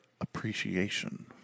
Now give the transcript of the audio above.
appreciation